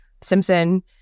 Simpson